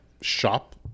shop